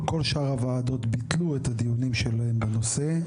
כל שאר הוועדות ביטלו את הדיונים שלהם בנושא,